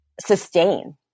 sustain